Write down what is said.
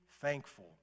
thankful